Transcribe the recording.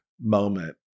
moment